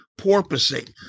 porpoising